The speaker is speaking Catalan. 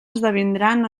esdevindran